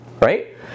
right